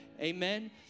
amen